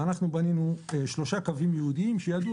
ואנחנו בנינו שלושה קווים ייעודיים שידעו